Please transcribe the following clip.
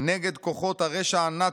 נגד כוחות הרשע הנאצי,